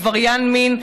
עבריין מין,